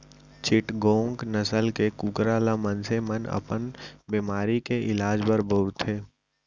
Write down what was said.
चिटगोंग नसल के कुकरा ल मनसे मन अपन बेमारी के इलाज बर बउरथे